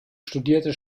studierte